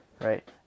right